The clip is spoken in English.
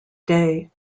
day